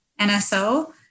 NSO